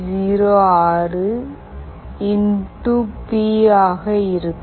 06 B ஆக இருக்கும்